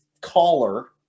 caller